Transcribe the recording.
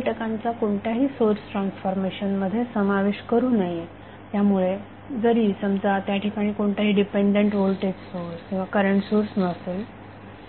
त्या घटकांचा कोणत्याही सोर्स ट्रान्सफॉर्मेशन मध्ये समावेश करू नये त्यामुळे जरी समजा त्या ठिकाणी कोणताही डिपेंडंट व्होल्टेज किंवा करंट सोर्स नसेल